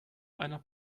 einer